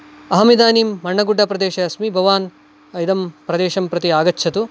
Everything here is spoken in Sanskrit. अहमिदानीं मण्णगुड्डा प्रदेशे अस्मि भवान् इदं प्रदेशं प्रति आगच्छतु